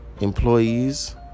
employees